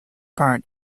part